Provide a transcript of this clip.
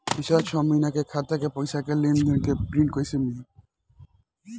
पिछला छह महीना के खाता के पइसा के लेन देन के प्रींट कइसे मिली?